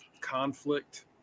conflict